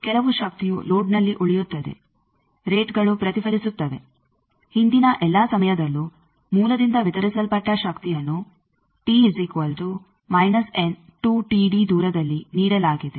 ಕೆಲವು ಶಕ್ತಿಯು ಲೋಡ್ನಲ್ಲಿ ಉಳಿಯುತ್ತದೆ ರೇಟ್ಗಳು ಪ್ರತಿಫಲಿಸುತ್ತವೆ ಹಿಂದಿನ ಎಲ್ಲ ಸಮಯದಲ್ಲೂ ಮೂಲದಿಂದ ವಿತರಿಸಲ್ಪಟ್ಟ ಶಕ್ತಿಯನ್ನು ದೂರದಲ್ಲಿ ನೀಡಲಾಗಿದೆ